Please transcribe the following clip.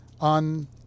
on